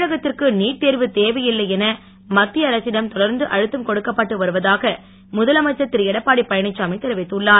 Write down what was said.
தமிழகத்திற்கு நீட் தோ்வு தேவையில்லை என் மத்திய அரசிடம் தொடர்ந்து அழுத்தம் கொடுக்கப்பட்டு வருவதாக முதலமைச்சர் திருஎடப்பாடி பழனிசாமி தெரிவித்துள்ளார்